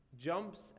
jumps